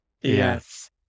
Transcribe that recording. Yes